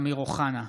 אמיר אוחנה,